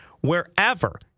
wherever